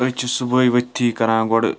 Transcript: أسۍ چھِ صُبحٲے ؤتھٕے کران گۄڈٕ